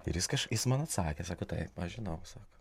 ir jis kaž jis man atsakė sako taip aš žinau sako